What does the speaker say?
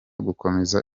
gukomeza